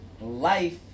life